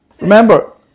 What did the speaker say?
Remember